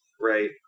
Right